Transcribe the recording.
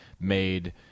made